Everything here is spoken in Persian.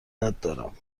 دارم